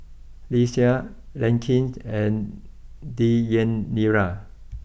Lesia Larkin and Deyanira